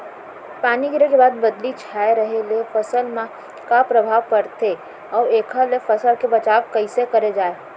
पानी गिरे के बाद बदली छाये रहे ले फसल मा का प्रभाव पड़थे अऊ एखर ले फसल के बचाव कइसे करे जाये?